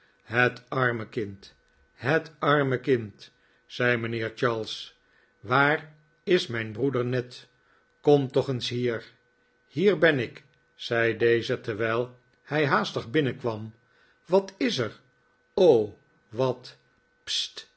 het arme kind het arme kind zei mijnheer charles waar is mijn broer ned kom toch eens hier hier ben ik zei deze terwijl hij haastig binnenkwam wat is er r o wat